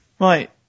Right